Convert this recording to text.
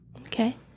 Okay